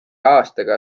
aastaga